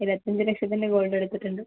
ഇരുപത്തഞ്ച് ലക്ഷത്തിൻ്റെ ഗോൾഡ് എടുത്തിട്ടുണ്ട്